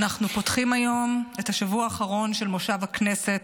אנחנו פותחים היום את השבוע האחרון של מושב הכנסת,